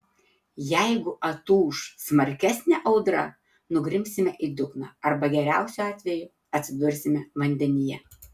jeigu atūš smarkesnė audra nugrimsime į dugną arba geriausiu atveju atsidursime vandenyje